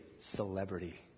celebrity